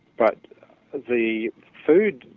but the food,